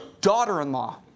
daughter-in-law